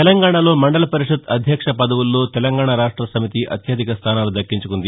తెలంగాణలో మండల పరిషత్ అధ్యక్ష పదవుల్లో తెలంగాణ రాష్ష సమితి అత్యధిక స్థానాలు దక్కించుకుంది